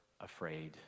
afraid